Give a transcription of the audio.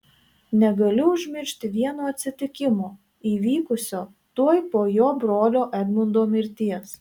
negaliu užmiršti vieno atsitikimo įvykusio tuoj po jo brolio edmundo mirties